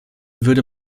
würde